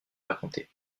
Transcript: raconter